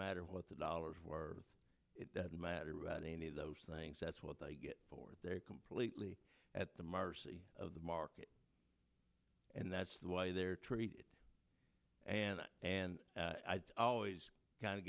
matter what the dollar for it doesn't matter about any of those things that's what they get for completely at the mercy of the market and that's the way they're treated and i and i always kind of